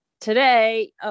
Today